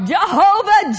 Jehovah